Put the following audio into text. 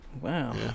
Wow